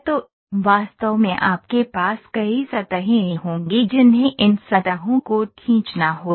तो वास्तव में आपके पास कई सतहें होंगी जिन्हें इन सतहों को खींचना होगा